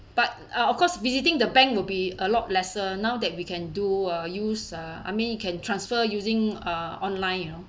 but uh of course visiting the bank will be a lot lesser now that we can do uh use uh I mean you can transfer using uh online you know